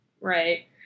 Right